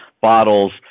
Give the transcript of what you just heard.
bottles